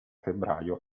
febbraio